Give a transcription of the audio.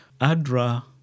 ADRA